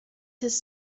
his